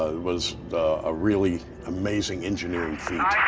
ah was a really amazing engineering feat.